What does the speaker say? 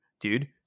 dude